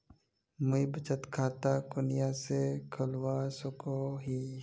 मुई बचत खता कुनियाँ से खोलवा सको ही?